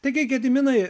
taigi gediminai